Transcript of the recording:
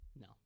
No